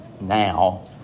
now